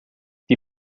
die